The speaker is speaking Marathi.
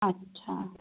अच्छा